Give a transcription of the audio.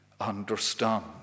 understand